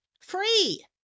Free